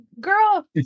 girl